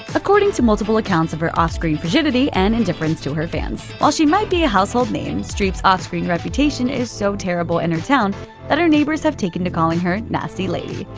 according to multiple accounts of her off-screen frigidity and indifference to her fans. while she might be a household name, streep's off-screen reputation is so terrible in her town that her neighbors have taken to calling her nasty lady.